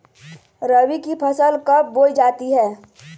रबी की फसल कब बोई जाती है?